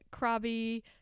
Krabi